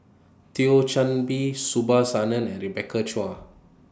Thio Chan Bee Subhas Anandan and Rebecca Chua